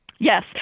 Yes